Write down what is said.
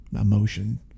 emotion